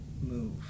move